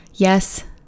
Yes